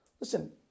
Listen